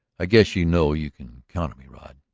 i guess you know you can count on me, rod,